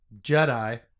Jedi